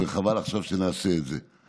וחבל עכשיו שנעשה את זה.